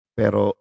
pero